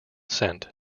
scent